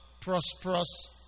prosperous